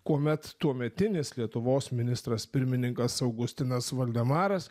kuomet tuometinis lietuvos ministras pirmininkas augustinas voldemaras